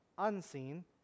Unseen